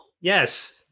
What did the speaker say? Yes